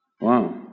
Wow